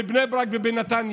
בבני ברק ובנתניה.